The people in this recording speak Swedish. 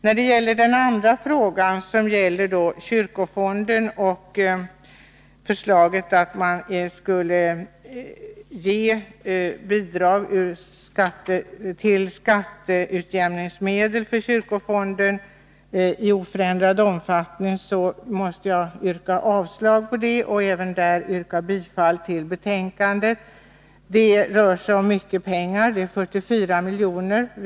När det gäller den andra frågan, som rör möjligheten att ge bidrag till skatteutjämning via kyrkofonden i oförändrad omfattning, måste jag yrka avslag på detta och även där yrka bifall till hemställan i betänkandet. Det rör sig om mycket pengar, 44 milj.kr.